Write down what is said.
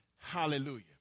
hallelujah